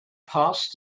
past